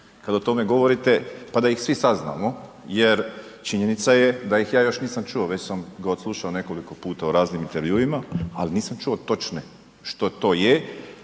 kada o tome govorite, pa da ih svi saznamo. Jer činjenica je da ih ja još nisam čuo. Već sam ga odslušao nekoliko puta u raznim intervjuima, ali nisam čuo točno što to je,